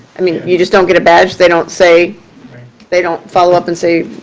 i mean, you just don't get a badge? they don't say they don't follow up and say,